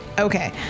Okay